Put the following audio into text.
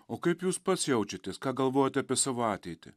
o kaip jūs pats jaučiatės ką galvojat apie savo ateitį